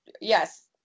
Yes